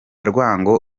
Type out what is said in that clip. rwango